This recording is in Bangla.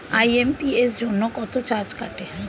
আই.এম.পি.এস জন্য কত চার্জ কাটে?